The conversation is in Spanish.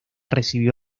recibió